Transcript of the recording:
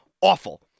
awful